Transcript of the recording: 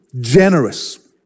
generous